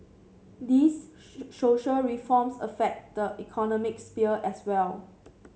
these social reforms affect the economic sphere as well